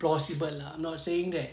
plausible lah I'm not saying that